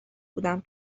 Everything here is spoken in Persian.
بودم